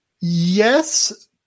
Yes